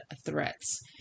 threats